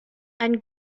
ein